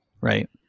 right